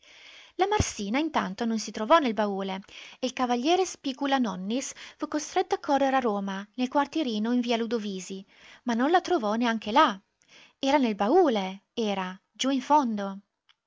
la marsina intanto non si trovò nel baule e il cav spigula-nonnis fu costretto a correre a roma nel quartierino in via ludovisi ma non la trovò neanche là era nel baule era giù in fondo